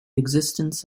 existence